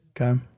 Okay